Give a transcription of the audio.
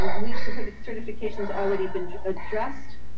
we've suffered certifications already been addressed.